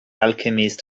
alchemist